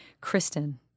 Kristen